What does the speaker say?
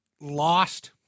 lost